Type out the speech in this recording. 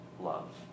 love